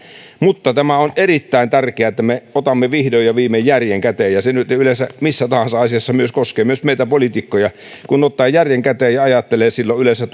mutta tämä on erittäin tärkeää että me otamme vihdoin ja viimein järjen käteen yleensähän missä tahansa asiassa koskee myös meitä poliitikkoja kun ottaa järjen käteen ja ajattelee silloin yleensä